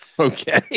okay